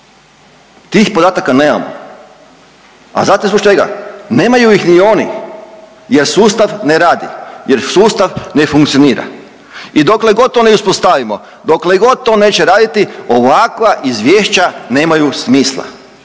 Tih podataka nemamo. A znate zbog čega? Nemaju ih ni oni jer sustav ne radi, jer sustav ne funkcionira. I dokle god to ne uspostavimo, dokle god to neće raditi, ovakva izvješća nemaju smisla